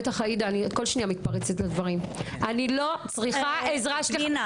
אני לא צריכה עזרה.